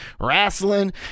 Wrestling